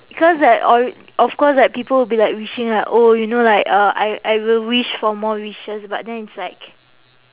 cause like or~ of course like people will be like wishing like oh you know like uh I I will wish for more wishes but then it's like